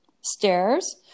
Stairs